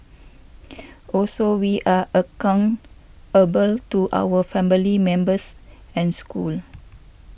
also we are account able to our family members and school